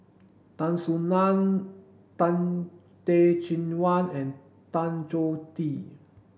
Tan Soo Nan Tan Teh Cheang Wan and Tan Choh Tee